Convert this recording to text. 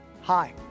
Hi